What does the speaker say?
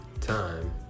time